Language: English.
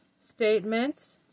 statement